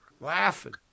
Laughing